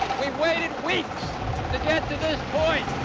we've waited weeks to get to this point.